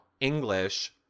English